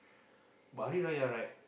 but Hari-Raya right